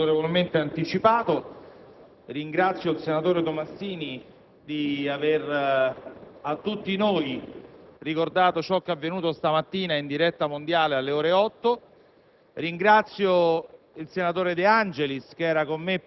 Presidente, lei mi ha ovviamente e autorevolmente anticipato. Ringrazio il senatore Tomassini di aver ricordato a tutti noi ciò che è avvenuto questa mattina in diretta mondiale alle ore 8,